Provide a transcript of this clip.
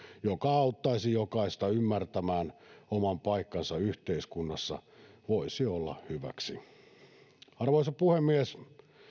joka auttaisi jokaista ymmärtämään oman paikkansa yhteiskunnassa voisi olla hyväksi arvoisa puhemies